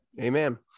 amen